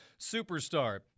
superstar